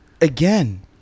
Again